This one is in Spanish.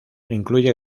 incluye